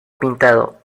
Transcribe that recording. pintado